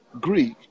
Greek